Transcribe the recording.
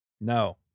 No